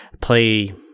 play